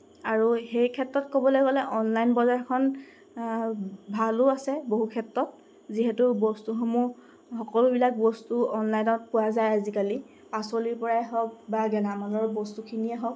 আৰু সেই ক্ষেত্ৰত ক'বলৈ গ'লে অনলাইন বজাৰখন ভালো আছে বহু ক্ষেত্ৰত যিহেতু বস্তুসমূহ সকলোবিলাক বস্তু অনলাইনত পোৱা যায় আজিকালি পাচলিৰপৰাই হওক বা গেলামালৰ বস্তুখিনিয়ে হওক